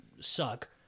suck